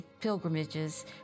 pilgrimages